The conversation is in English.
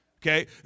Okay